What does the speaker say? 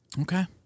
Okay